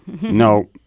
No